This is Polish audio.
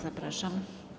Zapraszam.